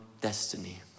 destiny